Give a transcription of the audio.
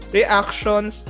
reactions